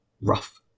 rough